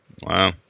Wow